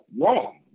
wrong